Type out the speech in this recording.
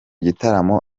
gitaramo